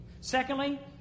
Secondly